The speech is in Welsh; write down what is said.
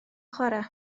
chwarae